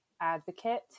advocate